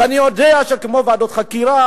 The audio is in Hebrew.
ואני יודע שכמו ועדות חקירה,